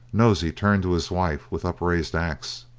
nosey turned to his wife with upraised axe.